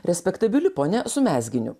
respektabili ponia su mezginiu